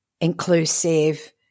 inclusive